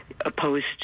opposed